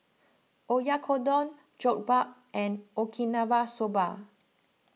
Oyakodon Jokbal and Okinawa Soba